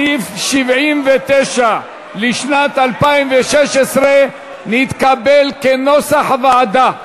סעיף 79 לשנת 2016 נתקבל כנוסח הוועדה.